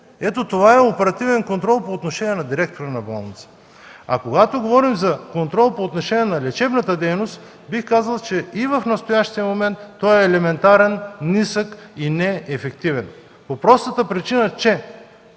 Ето, това е оперативен контрол по отношение на директора на болницата. Когато говорим за контрол по отношение на лечебната дейност, бих казал, че и в настоящия момент той е елементарен, нисък и неефективен по простата причина, че